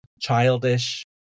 childish